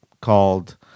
called